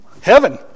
Heaven